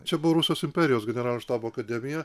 čia buvo rusijos imperijos generalinio štabo akademija